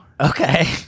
Okay